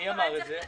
מי אמר את זה?